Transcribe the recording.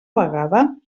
vegada